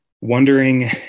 wondering